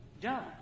done